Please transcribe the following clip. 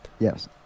Yes